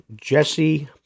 Jesse